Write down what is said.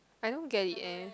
I don't get it eh